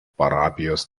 parapijos